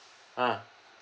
ah